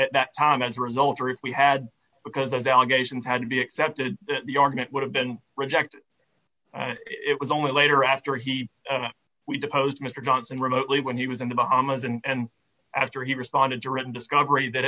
at that time as a result or if we had because those allegations had to be accepted the argument would have been rejected and it was only later after he we deposed mr johnson remotely when he was in the bahamas and after he responded to written discovery that